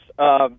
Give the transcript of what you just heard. Yes